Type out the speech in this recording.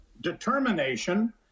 determination